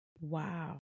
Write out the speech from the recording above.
Wow